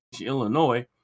Illinois